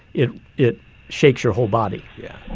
it it shakes your whole body yeah